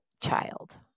child